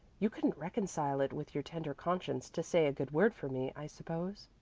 you couldn't reconcile it with your tender conscience to say a good word for me, i suppose?